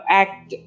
act